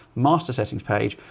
master settings page,